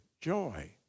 Joy